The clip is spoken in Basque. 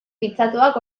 pitzatuak